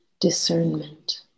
discernment